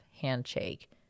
handshake